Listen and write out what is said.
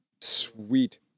Sweet